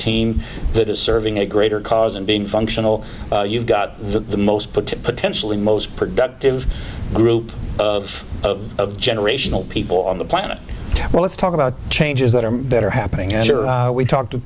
team that is serving a greater cause and being functional you've got the most put to potentially most productive group of of generational people on the planet well let's talk about changes that are that are happening as we talked to